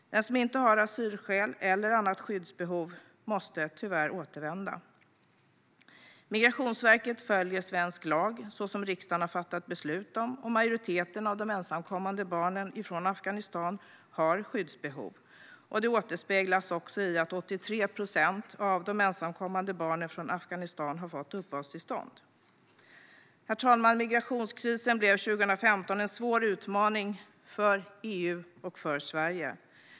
Den som inte har asylskäl eller annat skyddsbehov måste tyvärr återvända. Migrationsverket följer svensk lag så som riksdagen har fattat beslut om, och majoriteten av de ensamkommande barnen från Afghanistan har skyddsbehov. Det återspeglas också i att 83 procent av de ensamkommande barnen från Afghanistan har fått uppehållstillstånd. Herr talman! Migrationskrisen blev 2015 en svår utmaning för EU och för Sverige.